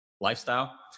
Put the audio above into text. lifestyle